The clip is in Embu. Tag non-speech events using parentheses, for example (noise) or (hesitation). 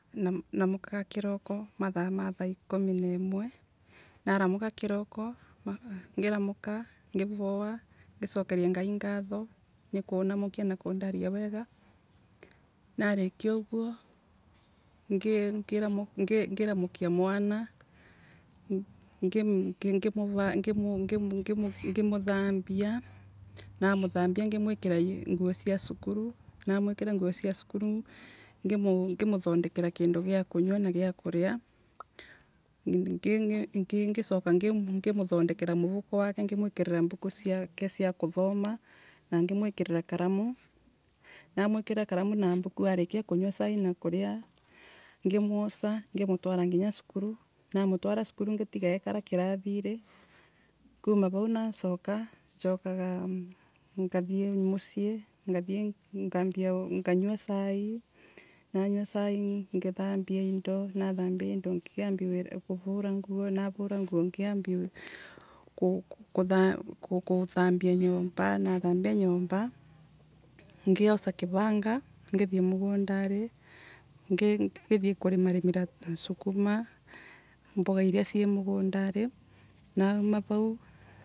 Koguo koguo riria kuguo (stammers) twa (hesitation) naa thandeka birthday yakwa, na mithodeka kauma mathaa ma thaa mugwa njari mendaga ikorwe oo mbega tukinathondeka nginya thaa ikumi, tukaragwa twagatanira na arata akwa maka nimendaga nginya. Muno muno muthenya ucio wa birthday yakwe ngurirwe inda ta iveo, nginya mbia, ukagura kindu uririkanage thiini wa muturire waku muthenya Fulani. Muthenya niwakenerene irthday yak una ugitungatwa ni arata aria, wainao, magikugiririra iveo magigutigira mbia iria uco (hesitation) njakaga ngagura indo iria ngaririkanaga nacio muthenya ucio.